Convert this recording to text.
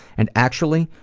and, actually,